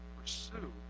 Pursue